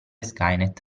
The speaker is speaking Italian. skynet